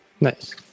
Nice